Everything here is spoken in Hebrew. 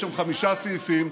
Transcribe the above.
יש שם חמישה סעיפים,